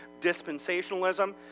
dispensationalism